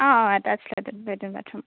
অঁ অঁ attached latrine latrine bathroom